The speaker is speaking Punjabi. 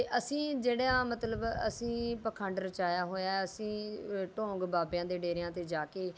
ਅਤੇ ਅਸੀਂ ਜਿਹੜਾ ਮਤਲਬ ਅਸੀਂ ਪਖੰਡ ਰਚਾਇਆ ਹੋਇਆ ਹੈ ਅਸੀਂ ਢੌਂਗ ਬਾਬਿਆਂ ਦੇ ਡੇਰਿਆਂ 'ਤੇ ਜਾ ਕੇ